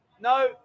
No